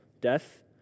death